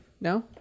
No